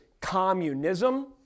communism